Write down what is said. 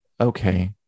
okay